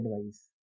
advice